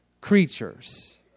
creatures